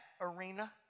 arena